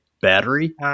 battery